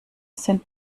sind